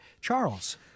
Charles